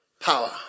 Power